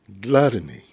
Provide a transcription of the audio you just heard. gluttony